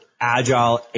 agile